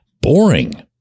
boring